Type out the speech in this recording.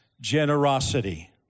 generosity